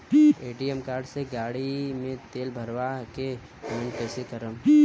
ATM card से गाड़ी मे तेल भरवा के पेमेंट कैसे करेम?